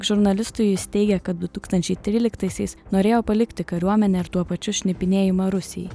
žurnalistui jis teigia kad du tūkstančiai tryliktaisiais norėjo palikti kariuomenę ir tuo pačiu šnipinėjimą rusijai